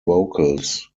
vocals